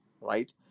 right